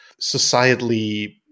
societally